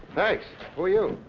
thanks. who are you?